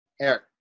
Eric